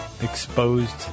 exposed